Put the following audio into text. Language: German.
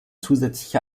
zusätzliche